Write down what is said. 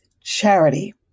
charity